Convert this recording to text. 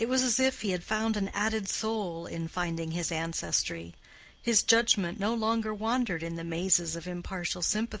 it was as if he had found an added soul in finding his ancestry his judgment no longer wandering in the mazes of impartial sympathy,